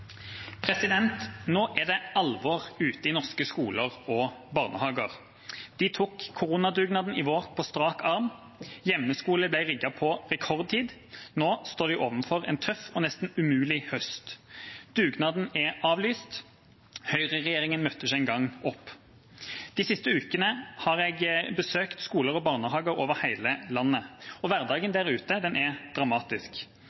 Nå er det alvor ute i norske skoler og barnehager. De tok koronadugnaden i vår på strak arm. Hjemmeskole ble rigget på rekordtid. Nå står de overfor en tøff og nesten umulig høst. Dugnaden er avlyst. Høyreregjeringa møtte ikke engang opp. De siste ukene har jeg besøkt skoler og barnehager over hele landet, og hverdagen